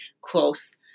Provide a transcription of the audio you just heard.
close